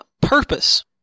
purpose